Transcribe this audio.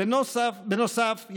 בנוסף,